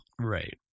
Right